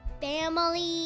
Family